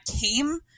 came